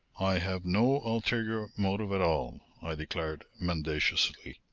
i have no ulterior motive at all, i declared mendaciously.